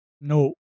No